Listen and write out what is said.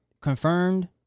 confirmed